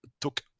took